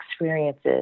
experiences